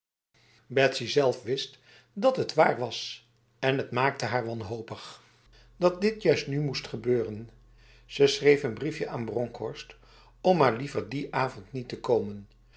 betsy zelf wist dat het waar was en t maakte haar wanhopig dat dit juist nu moest gebeuren ze schreef een briefje aan bronkhorst om maar liever die avond niet te komen